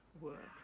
work